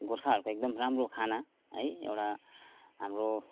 गोर्खाहरूको एकदम राम्रो खाना है एउटा हाम्रो